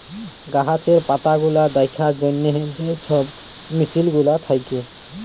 গাহাচের পাতাগুলা দ্যাখার জ্যনহে যে ছব মেসিল গুলা থ্যাকে